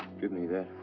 give me that.